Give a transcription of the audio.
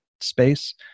space